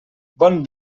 bon